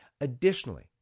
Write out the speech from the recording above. Additionally